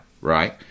right